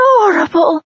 Adorable